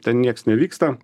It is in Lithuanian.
ten nieks nevyksta